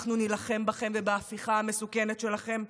אנחנו נילחם בכם ובהפיכה המסוכנת שלכם.